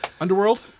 Underworld